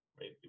right